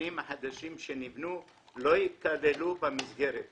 שהמבנים החדשים שנבנו לא יכללו במסגרת הזאת,